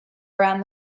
around